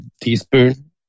teaspoon